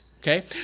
Okay